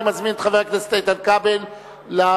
אני מזמין את חבר הכנסת איתן כבל לעמוד